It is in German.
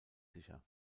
sicher